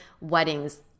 weddings